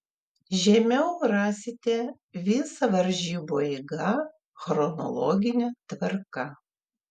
žemiau rasite visą varžybų eigą chronologine tvarka